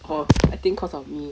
orh I think cause of me